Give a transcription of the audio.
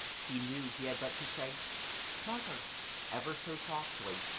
he knew he had but to say mother ever so softly,